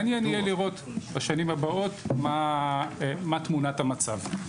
מעניין יהיה לראות בשנים הבאות מה היא תמונת המצב.